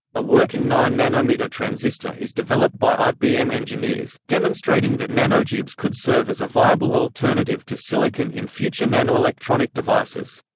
a working nine nanometer transistor is developed by ibm engineers, demonstrating that nanotubes could serve as a viable alternative to silicon in future nanoelectronic devices.